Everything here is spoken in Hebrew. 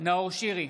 נאור שירי,